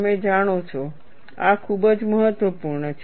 તમે જાણો છો આ ખૂબ જ મહત્વપૂર્ણ છે